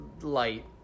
light